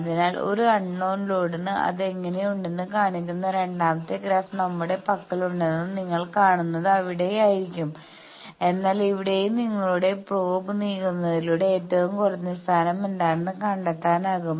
അതിനാൽ ഒരു അൺനോൺ ലോഡിന് അത് എങ്ങനെയുണ്ടെന്ന് കാണിക്കുന്ന രണ്ടാമത്തെ ഗ്രാഫ് നമ്മളുടെ പക്കലുണ്ടെന്ന് നിങ്ങൾ കാണുന്നത് അവിടെയായിരിക്കും എന്നാൽ ഇവിടെയും നിങ്ങളുടെ പ്രോബ് നീക്കുന്നതിലൂടെ ഏറ്റവും കുറഞ്ഞ സ്ഥാനം എന്താണെന്ന് കണ്ടെത്താനാകും